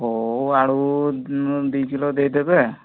ହଉ ଆଳୁ ଦୁଇ କିଲୋ ଦେଇଦେବେ